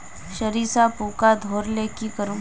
सरिसा पूका धोर ले की करूम?